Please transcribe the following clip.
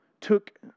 took